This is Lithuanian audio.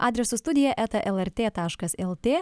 adresu studija eta lrt taškas lt